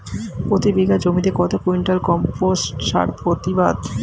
প্রতি বিঘা জমিতে কত কুইন্টাল কম্পোস্ট সার প্রতিবাদ?